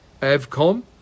avcom